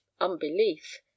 unbelief